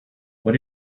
what